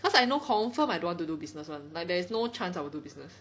cause I know confirm I don't want to do business one like there is no chance I will do business